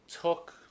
took